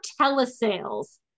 telesales